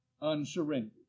unsurrendered